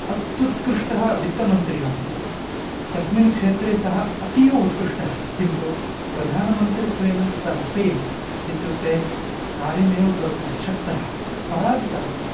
अत्युत्कृष्टः वित्तमन्त्री आसीत् तस्मिन् क्षेत्रे सः अतीव उत्कृष्टः किन्तु प्रधानमन्त्रित्वेन सः फ़ेल् इत्युक्ते कार्यमेव कर्तुम् अशक्तः पराजितः सः